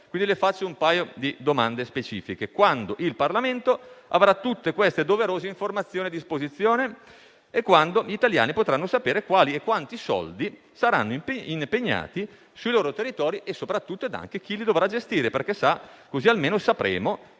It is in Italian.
quindi un paio di domande specifiche: le chiedo quando il Parlamento avrà tutte le doverose informazioni a disposizione e quando gli italiani potranno sapere quali e quanti soldi saranno impegnati sui loro territori e soprattutto chi li dovrà gestire, così almeno sapremo